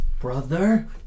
Brother